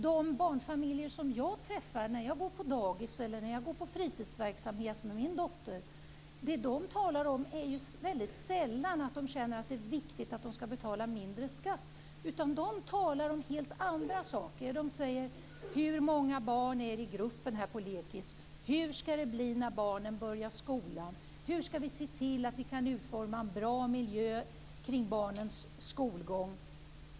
De barnfamiljer som jag träffar när jag går på dagis eller fritidsverksamhet med min dotter talar väldigt sällan om att det är viktigt att betala mindre skatt. De talar om helt andra saker. De undrar hur många barn det är i gruppen på lekis. De undrar hur det skall bli när barnen börjar skolan. De undrar hur vi skall kunna utforma en bra miljö kring barnens skolgång.